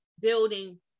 building